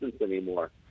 anymore